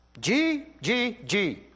GGG